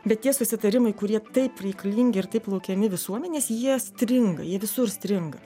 bet tie susitarimai kurie taip reikalingi ir taip laukiami visuomenės jie stringa jie visur stringa